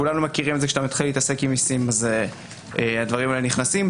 כולנו מכירים את זה שכשמתחילים להתעסק במסים הדברים האלה נכנסים.